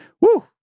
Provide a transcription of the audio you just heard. Woo